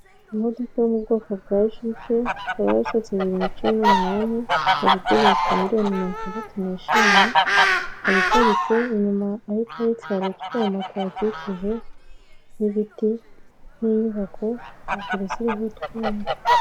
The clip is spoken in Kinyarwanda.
Imodoka yo mu bwoko bwa jipe ikaba yarasohotse bibiri na cumi n'umunani hari igurishwa miliyoni mirongo itandatu n'eshanu. ikaba iparitse inyumayo aho paritsi hari utwuma twahakikije, n'ibiti, n'inyubako heju ziriho utwuma.